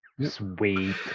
Sweet